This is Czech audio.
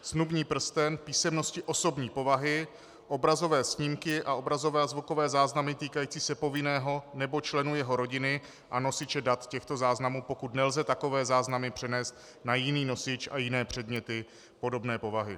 Snubní prsten, písemnosti osobní povahy, obrazové snímky a obrazové a zvukové záznamy týkající se povinného nebo členů jeho rodiny a nosiče dat těchto záznamů, pokud nelze takové záznamy přenést na jiný nosič, a jiné předměty podobné povahy.